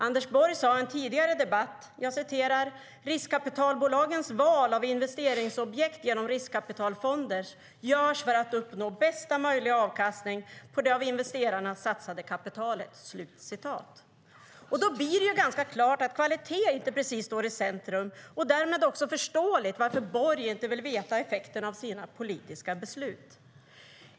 Anders Borg sade i en tidigare debatt att "riskkapitalbolagens val av investeringsobjekt genom riskkapitalfonder görs för att uppnå bästa möjliga avkastning på det av investerarna satsade kapitalet". Då blir det ganska klart att kvalitet inte precis står i centrum och därmed också förståeligt varför Borg inte vill veta effekterna av sina politiska beslut.